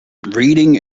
reading